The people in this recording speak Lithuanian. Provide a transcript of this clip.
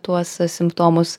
tuos simptomus